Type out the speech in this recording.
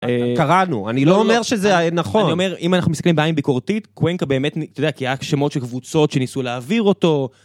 קראנו, אני לא אומר שזה נכון, אני אומר, אם אנחנו מסתכלים בעין ביקורתית, קווינקה באמת, אתה יודע, כי היה שמות של קבוצות שניסו להעביר אותו.